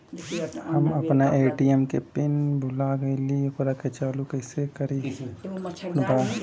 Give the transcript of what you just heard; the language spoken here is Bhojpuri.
हम अपना ए.टी.एम के पिन भूला गईली ओकरा के चालू कइसे करी कौनो नंबर बा?